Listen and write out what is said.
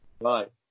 Right